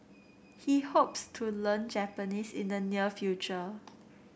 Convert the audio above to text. he hopes to learn Japanese in the near future